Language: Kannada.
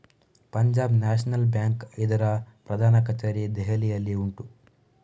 ಪಂಜಾಬ್ ನ್ಯಾಷನಲ್ ಬ್ಯಾಂಕ್ ಇದ್ರ ಪ್ರಧಾನ ಕಛೇರಿ ದೆಹಲಿಯಲ್ಲಿ ಉಂಟು